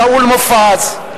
שאול מופז,